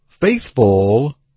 faithful